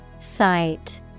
Sight